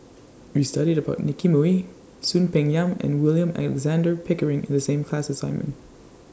We studied about Nicky Moey Soon Peng Yam and William Alexander Pickering in The same class assignment